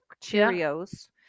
Cheerios